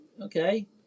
Okay